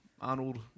Arnold